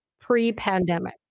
pre-pandemic